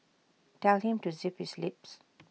tell him to zip his lips